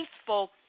faithful